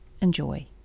Enjoy